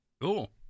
Cool